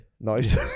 Nice